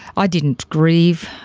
i didn't grieve.